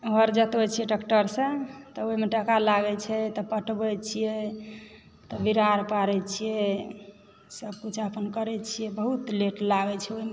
हर जोतबय छियै ट्रेक्टरसँ तऽ ओहिमे टका लागैत छै तऽ पटबय छियै तऽ बिरार पारैत छियै सभ किछु अपन करैत छियै बहुत लेट लागैत छै ओहिमे